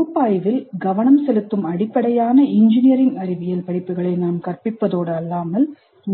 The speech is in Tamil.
பகுப்பாய்வில் கவனம் செலுத்தும் அடிப்படையான இன்ஜினியரிங் அறிவியல் படிப்புகளை நாம் கற்பிப்பதோடு அல்லாமல்